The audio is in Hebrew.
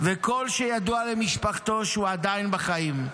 וכל שידוע למשפחתו הוא שהוא עדיין בחיים.